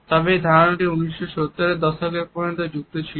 তবে এই ধারণাটি 1970 এর দশক পর্যন্ত যুক্ত ছিল